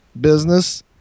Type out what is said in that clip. business